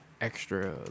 extra